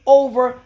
over